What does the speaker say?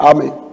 Amen